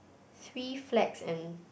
three flags and